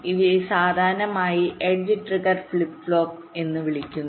ഇവയെ സാധാരണയായി edge triggered flip flop എന്ന് വിളിക്കുന്നു